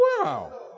Wow